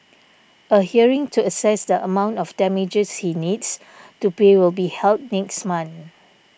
a hearing to assess the amount of damages he needs to pay will be held next month